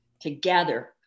together